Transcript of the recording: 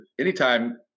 Anytime –